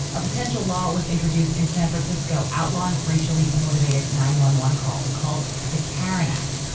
a potential law was introduced in san francisco outlawing racially motivated. nine one one calls. called the karren act,